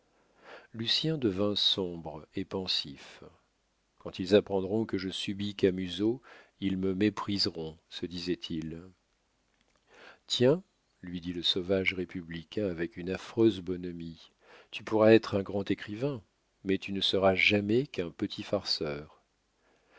lucien devint sombre et pensif quand ils apprendront que je subis camusot ils me mépriseront se disait-il tiens lui dit le sauvage républicain avec une affreuse bonhomie tu pourras être un grand écrivain mais tu ne seras jamais qu'un petit farceur